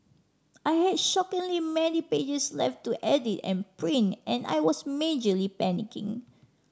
I had shockingly many pages left to edit and print and I was majorly panicking